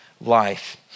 life